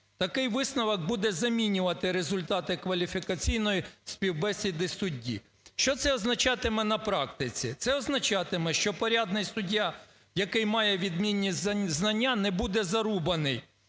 Такий висновок буде замінювати результати кваліфікаційної співбесіди судді. Що це означатиме на практиці? Це означатиме, що порядний суддя, який має відмінні знання, не буде "зарубаний"